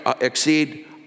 exceed